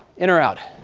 in or out?